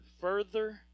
further